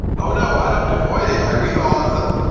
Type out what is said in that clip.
oh, no. i don't avoid it. i read all of them.